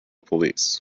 police